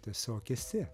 tiesiog esi